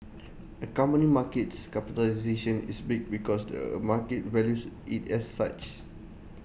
A company markets capitalisation is big because the market values IT as such